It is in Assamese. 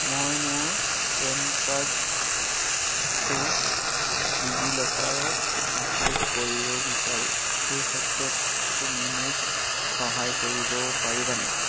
মই মোৰ পেন কাৰ্ডটো ডিজি লকাৰত আপলোড কৰিব বিচাৰোঁ এইক্ষেত্ৰত তুমি মোক সহায় কৰিব পাৰিবা নেকি